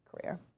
career